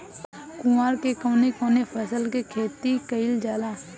कुवार में कवने कवने फसल के खेती कयिल जाला?